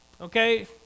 Okay